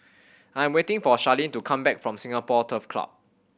I am waiting for Sharlene to come back from Singapore Turf Club